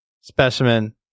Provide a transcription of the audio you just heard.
specimen